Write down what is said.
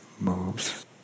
moves